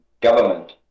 government